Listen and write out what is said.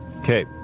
Okay